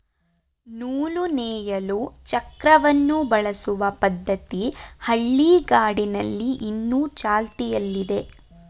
ನೂಲು ನೇಯಲು ಚಕ್ರವನ್ನು ಬಳಸುವ ಪದ್ಧತಿ ಹಳ್ಳಿಗಾಡಿನಲ್ಲಿ ಇನ್ನು ಚಾಲ್ತಿಯಲ್ಲಿದೆ